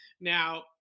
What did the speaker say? Now